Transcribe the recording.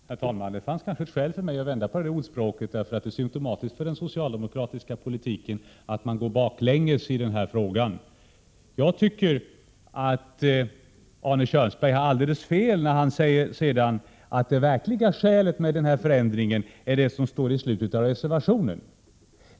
Herr talman! Det fanns kanske skäl för mig att vända på ordspråket, eftersom det är symptomatiskt för den socialdemokratiska politiken att gå baklänges i den här frågan. Arne Kjörnsberg har alldeles fel när han säger att det verkliga skälet för denna förändring är det som står i slutet av reservationen.